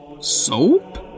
soap